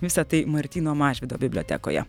visa tai martyno mažvydo bibliotekoje